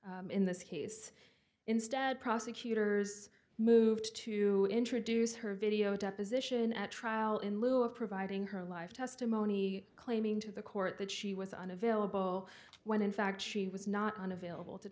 t in this case instead prosecutors moved to introduce her video deposition at trial in lieu of providing her live testimony claiming to the court that she was unavailable when in fact she was not unavailable to